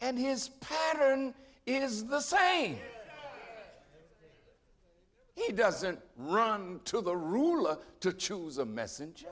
and his pattern is the same he doesn't run to the ruler to choose a messenger